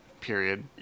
period